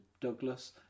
Douglas